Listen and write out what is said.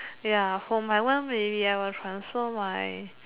ya for my one maybe I will transfer my